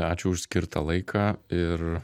ačiū už skirtą laiką ir